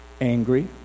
angry